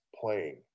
playing